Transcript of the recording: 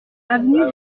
avenue